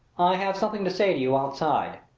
have something to say to you outside.